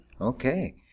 Okay